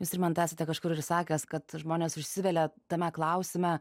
jūs rimantai esate kažkur ir sakęs kad žmonės užsivelia tame klausime